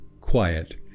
quiet